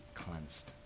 cleansed